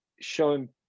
showing